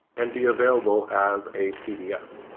and be available as a pdf.